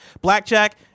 Blackjack